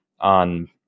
on